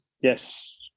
Yes